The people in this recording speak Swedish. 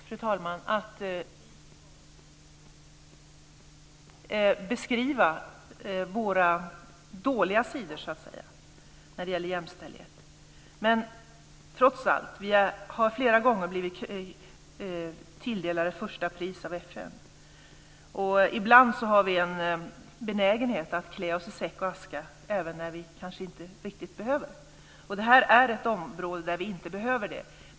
Fru talman! Det är klart att vi ska beskriva våra dåliga sidor när det gäller jämställdhet. Men vi har trots allt flera gånger blivit tilldelade första pris av FN. Ibland har vi en benägenhet att klä oss i säck och aska även när vi kanske inte riktigt behöver det. Det här är ett område där vi inte behöver det.